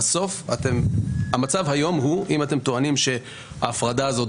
בסוף המצב היום הוא אם אתם טוענים שההפרדה הזאת,